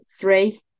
three